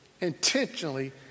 intentionally